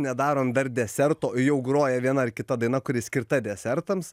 nedarom dar desertoo jau groja viena ar kita daina kuri skirta desertams